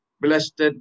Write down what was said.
blessed